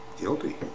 guilty